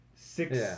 six